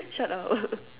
shut up